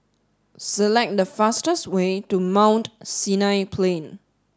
select the fastest way to Mount Sinai Plain